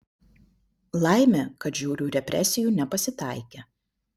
laimė kad žiaurių represijų nepasitaikė